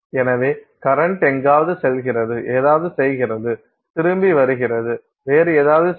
எனவே கரண்ட் எங்காவது செல்கிறது ஏதாவது செய்கிறது திரும்பி வருகிறது வேறு ஏதாவது செய்கிறது